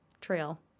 trail